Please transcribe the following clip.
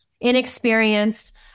inexperienced